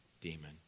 demon